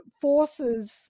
forces